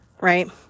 right